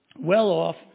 well-off